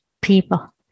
people